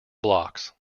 blocks